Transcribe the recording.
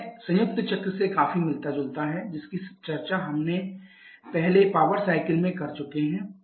यह संयुक्त चक्र से काफी मिलता जुलता है जिसकी चर्चा हम पहले पावर साइकल में कर चुके हैं